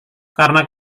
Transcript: karena